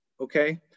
okay